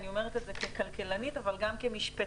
אני אומרת את זה ככלכלנית אבל גם כמשפטנית.